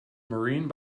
marine